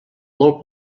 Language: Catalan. molt